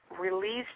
released